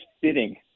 fitting